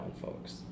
folks